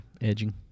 edging